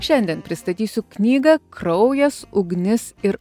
šiandien pristatysiu knygą kraujas ugnis ir